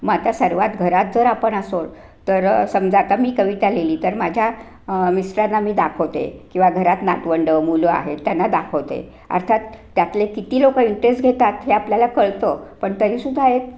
मग आता सर्वात घरात जर आपण असो तर समजा का मी कविता लिहिली तर माझ्या मिस्टरांना मी दाखवते किंवा घरात नातवंड मुलं आहेत त्यांना दाखवते अर्थात त्यातले किती लोक इंटरेस्ट घेतात हे आपल्याला कळतं पण तरी सुद्धा एक